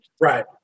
Right